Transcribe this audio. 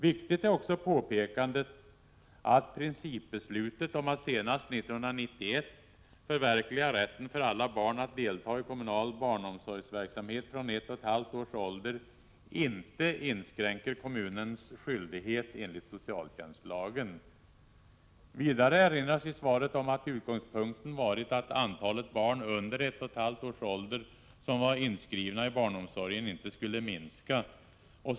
Viktigt är också påpekandet att principbeslutet om att senast 1991 förverkliga rätten för alla barn att delta i kommunal barnomsorgsverksamhet från ett och ett halvt års ålder inte inskränker kommunens skyldigheter enligt socialtjänstlagen. Vidare erinras i svaret om att utgångspunkten varit att antalet barn under ett och ett halvt års ålder som var inskrivna i barnomsorgen inte skulle minska.